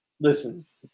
listens